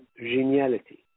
geniality